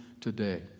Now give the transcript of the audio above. today